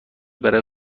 برای